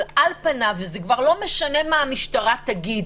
אבל על פניו, וזה כבר לא משנה מה המשטרה תגיד,